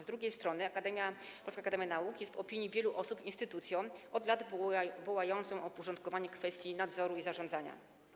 Z drugiej strony Polska Akademia Nauk jest w opinii wielu osób instytucją od lat wołającą o uporządkowanie w kwestii nadzoru i zarządzania.